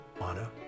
honor